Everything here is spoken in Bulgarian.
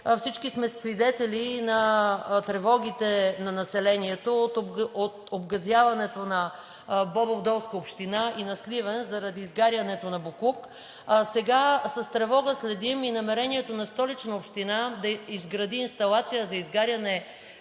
Всички сме свидетели на тревогите на населението от обгазяването на Бобовдолска община и на Сливен заради изгарянето на боклук. Сега с тревога следим и намерението на Столична община да изгради инсталация за изгаряне